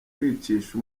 kwicisha